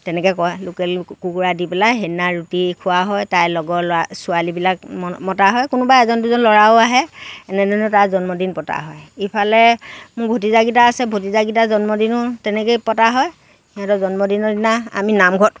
তেনেকৈ কয় লোকেল কুকুৰা দি পেলাই সেইদিনা ৰুটি খোৱা হয় তাইৰ লগৰ ল'ৰা ছোৱালীবিলাক মতা হয় কোনোবা এজন দুজন ল'ৰাও আহে এনেধৰণে তাইৰ জন্মদিন পতা হয় ইফালে মোৰ ভতিজাকেইটা আছে ভতিজাকেইটা জন্মদিনো তেনেকৈয়ে পতা হয় সিহঁতৰ জন্মদিনৰ দিনা আমি নামঘৰত